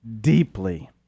deeply